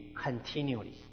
Continually